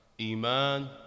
Iman